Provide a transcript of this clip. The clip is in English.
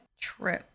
True